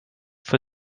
for